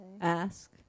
ask